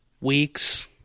Weeks